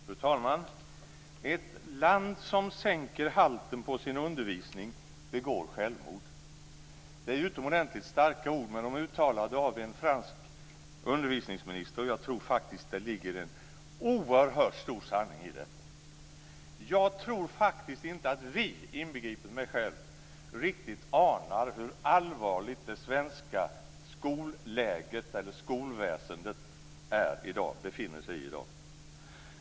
Fru talman! Ett land som sänker halten på kvaliteten på sin undervisning begår självmord. Det är utomordentligt starka ord, men de är uttalade av en fransk undervisningsminister. Och jag tror faktiskt att det ligger en oerhört stor sanning i det. Jag tror faktiskt inte att vi, inbegripet mig själv, riktigt anar i vilket allvarligt läge det svenska skolväsendet befinner sig i dag.